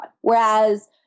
Whereas